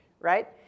right